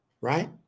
right